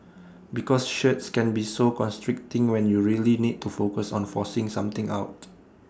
because shirts can be so constricting when you really need to focus on forcing something out